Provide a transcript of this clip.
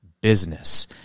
business